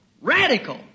radical